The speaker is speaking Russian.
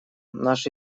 наши